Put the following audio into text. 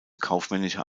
kaufmännischer